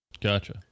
Gotcha